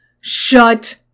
Shut